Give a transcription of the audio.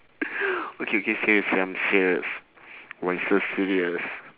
okay okay serious I'm serious why so serious